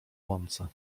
łące